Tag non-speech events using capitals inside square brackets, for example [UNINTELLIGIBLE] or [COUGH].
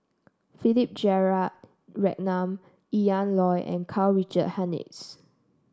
Philip [UNINTELLIGIBLE] Ian Loy and Karl Richard Hanitsch